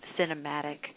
cinematic